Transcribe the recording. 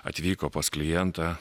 atvyko pas klientą